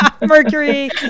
Mercury